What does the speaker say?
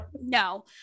No